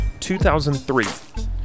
2003